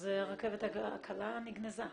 אז הרכבת הקלה נגנזה.